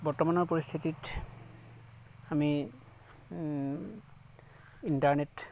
বৰ্তমানৰ পৰিস্থিতিত আমি ইণ্টাৰনেট